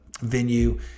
venue